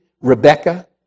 Rebecca